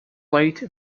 late